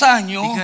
años